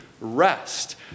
rest